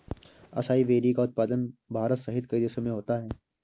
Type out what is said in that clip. acai berry का उत्पादन भारत सहित कई देशों में होता है